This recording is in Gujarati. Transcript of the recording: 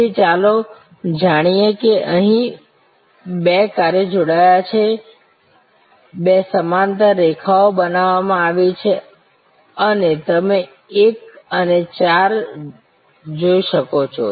તેથી ચાલો જોઈએ કે અહીં બે કાર્યો જોડાયા છે બે સમાંતર રેખાઓ બનાવવામાં આવી છે અને તમે 1 અને 4 જોઈ શકો છો